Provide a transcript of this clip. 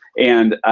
and